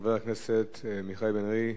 חבר הכנסת מיכאל בן-ארי,